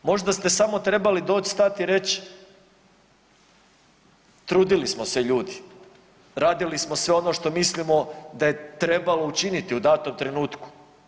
Možda ste samo trebali doći, stati i reći trudili smo se ljudi, radili smo sve ono što mislimo da je trebalo učiniti u datom trenutku?